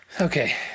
Okay